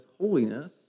Holiness